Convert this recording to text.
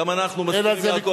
גם אנחנו מסכימים עם יעקב.